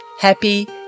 Happy